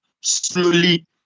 slowly